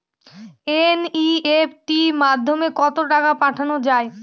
NEFT মাধ্যমে কত টাকা পাঠানো যায়?